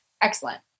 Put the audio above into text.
Excellent